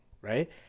right